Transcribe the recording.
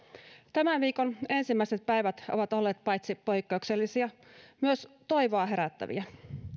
tämän viikon ensimmäiset päivät ovat olleet paitsi poikkeuksellisia myös toivoa herättäviä